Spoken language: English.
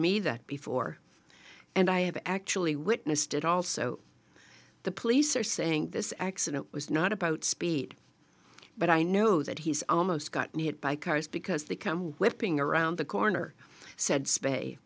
me that before and i have actually witnessed it also the police are saying this accident was not about speed but i know that he's almost gotten hit by cars because they come whipping around the corner said spay